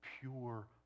pure